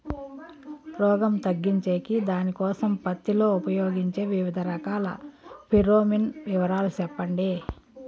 రోగం తగ్గించేకి దానికోసం పత్తి లో ఉపయోగించే వివిధ రకాల ఫిరోమిన్ వివరాలు సెప్పండి